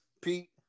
Pete